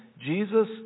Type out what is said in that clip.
Jesus